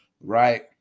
right